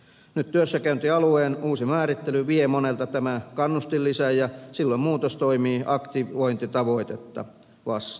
nyt työssäkäyntialueen uusi määrittely vie monelta tämän kannustinlisän ja silloin muutos toimii aktivointitavoitetta vastaan